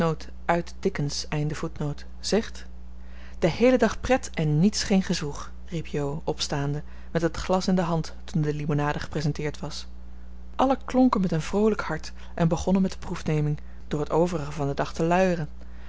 zegt den heelen dag pret en niets geen gezwoeg riep jo opstaande met het glas in de hand toen de limonade gepresenteerd was allen klonken met een vroolijk hart en begonnen met de proefneming door het overige van den dag te luieren